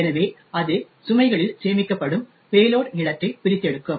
எனவே அது சுமைகளில் சேமிக்கப்படும் பேலோட் நீளத்தை பிரித்தெடுக்கும்